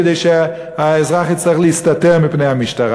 כדי שהאזרח יצטרך להסתתר מפני המשטרה.